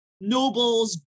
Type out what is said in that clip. nobles